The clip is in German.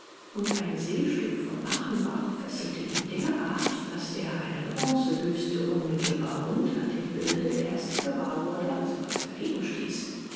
und ein seestück von achenbach fesselte ihn derart daß er eine bronzebüste unmittelbar unter dem bilde erst gewahr wurde als er